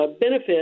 benefit